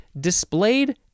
displayed